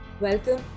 Welcome